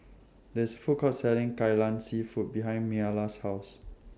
There IS Food Court Selling Kai Lan Seafood behind Myla's House